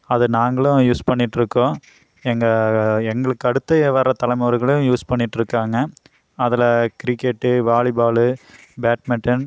அதை நாங்களும் யூஸ் பண்ணிட்டு இருக்கோம் எங்கள் எங்களுக்கு அடுத்து வர்ற தலைமுறைகளும் யூஸ் பண்ணிகிட்டு இருக்காங்க அதில் கிரிக்கெட் வாலிபால் பேட்மிட்டன்